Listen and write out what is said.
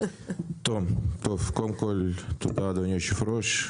תודה ליושב-ראש.